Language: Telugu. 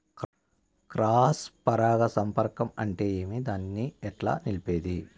క్రాస్ పరాగ సంపర్కం అంటే ఏమి? దాన్ని ఎట్లా నిలిపేది?